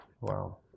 Wow